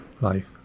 life